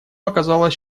оказалось